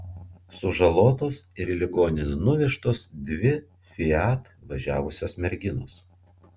sužalotos ir į ligoninę nuvežtos dvi fiat važiavusios merginos